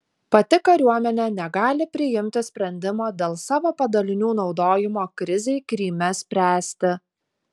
pati kariuomenė negali priimti sprendimo dėl savo padalinių naudojimo krizei kryme spręsti